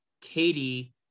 Katie